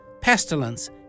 pestilence